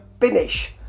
finish